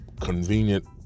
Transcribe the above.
convenient